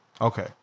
Okay